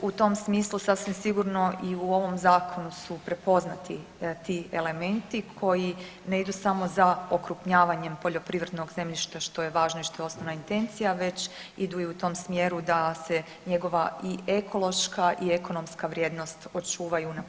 U tom smislu sasvim sigurno i u ovom zakonu su prepoznati ti elementi koji ne idu samo za okrupnjavanjem poljoprivrednog zemljišta što je važno i što je osnovna intencija već idu i u tom smjeru da se njegova i ekološka i ekonomska vrijednost očuva i unaprijedi.